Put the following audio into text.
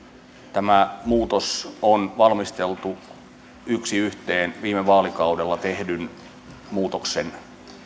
tämä muutos on valmisteltu yksi yhteen viime vaalikaudella tehdyn muutoksen